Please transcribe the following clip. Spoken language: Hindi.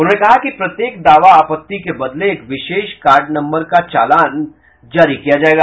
उन्होंने कहा कि प्रत्येक दावा आपत्ति के बदले एक विशेष काड नम्बर का चालान जारी किया जायेगा